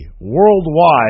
worldwide